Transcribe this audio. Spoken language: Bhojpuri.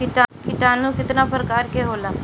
किटानु केतना प्रकार के होला?